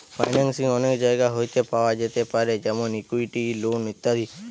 financing অনেক জায়গা হইতে পাওয়া যেতে পারে যেমন ইকুইটি, লোন ইত্যাদি